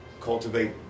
cultivate